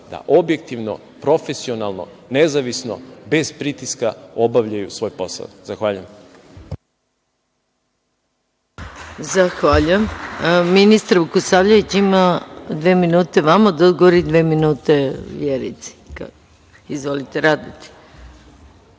da objektivno, profesionalno, nezavisno bez pritiska obavljaju svoj posao. **Maja